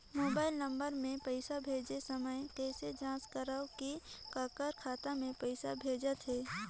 Mobile number मे पइसा भेजे समय कइसे जांच करव की काकर खाता मे पइसा भेजात हे?